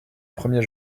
premier